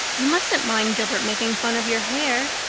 you mustn't mind gilbert making fun of your hair,